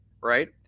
Right